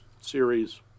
series